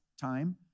time